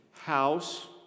house